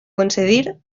concedir